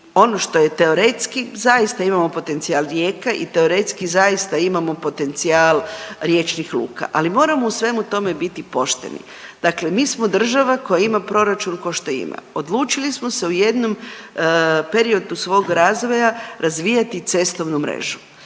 ono što je teoretski zaista imamo potencijal rijeka i teoretski zaista imamo potencijal riječnih luka, ali moramo u svemu tome biti pošteni. Dakle, mi smo država koja ima proračun ko što ima, odlučili smo se u jednom periodu svog razvoja razvijati cestovnu mrežu